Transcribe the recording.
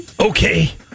Okay